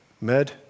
Med